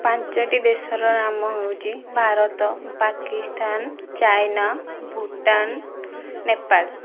ପାଞ୍ଚଟି ଦେଶର ନାମ ହେଉଛି ଭାରତ ପାକିସ୍ତାନ ଚାଇନା ଭୁଟାନ ନେପାଳ